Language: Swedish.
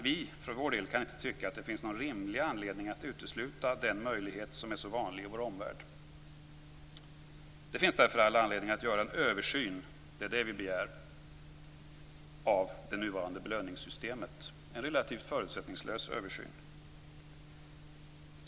Vi för vår del kan inte tycka att det finns någon rimlig anledning att utesluta den möjlighet som är så vanlig i vår omvärld. Det finns därför all anledning att göra en översyn - det är det vi begär - av det nuvarande belöningssystemet. Det skall vara en relativt förutsättningslös översyn.